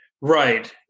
Right